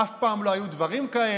אף פעם לא היו דברים כאלה.